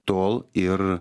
tol ir